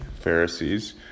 Pharisees